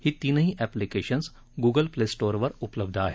हे तीनही apps Google play स्टोअरवर उपलब्ध आहेत